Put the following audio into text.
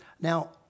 Now